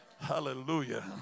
Hallelujah